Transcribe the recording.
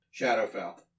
Shadowfell